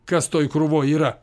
kas toj krūvoj yra